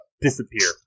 disappear